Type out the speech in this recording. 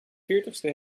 veertigste